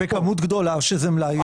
בכמות גדולה שזה מאלי.